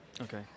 Okay